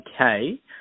okay